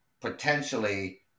potentially